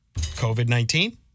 COVID-19